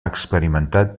experimentat